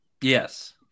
Yes